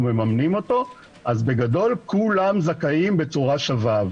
מממנים אותו אז בגדול כולם זכאים בצורה שווה.